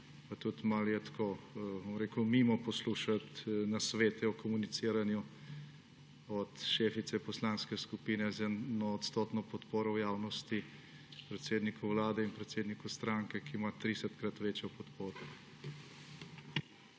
Pa tudi malo je tako, bom rekel, mimo poslušati nasvete o komuniciranju od šefice poslanske skupine z eno odstotno podporo v javnosti predsedniku Vlade in predsedniku stranke, ki ima tridesetkrat večjo podporo.